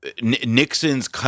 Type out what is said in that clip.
Nixon's